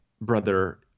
brother